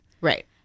Right